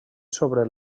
sobre